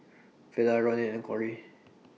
Vela Ronin and Corrie